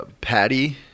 Patty